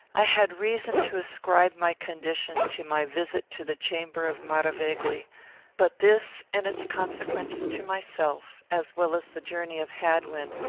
i had reason to ascribe my condition to my visit to the chamber of maravegli but this and its consequences to myself, as well as the journey of hadwin,